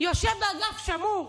יושב באגף שמור.